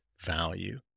value